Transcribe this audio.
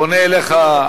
פונה אליך,